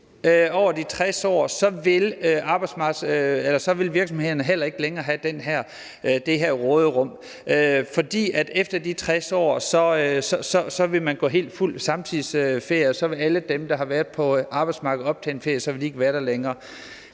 over de 60 år, vil virksomhederne heller ikke længere have det her råderum, for efter de 60 år vil man være overgået fuldt ud til samtidsferie, og så vil alle dem, der har været på arbejdsmarkedet og har optjent ferie, ikke være der længere.